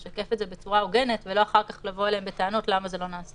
לשקף את זה בצורה הוגנת ולא אחר כך לבוא אליהם בטענות למה זה לא נעשה.